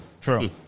True